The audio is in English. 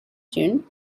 june